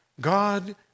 God